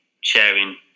sharing